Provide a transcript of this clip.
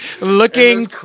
looking